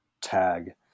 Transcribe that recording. tag